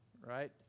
right